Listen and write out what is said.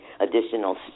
additional